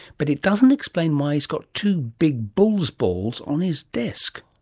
but it doesn't explain why he's got two big bull's balls on his desk!